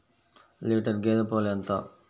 Litre గేదె పాలు ఎంత?